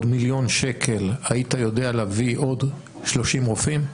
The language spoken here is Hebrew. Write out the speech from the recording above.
מיליון שקל היית יודע להביא עוד 30 רופאים?